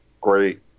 great